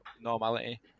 normality